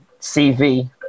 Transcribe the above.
CV